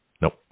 Nope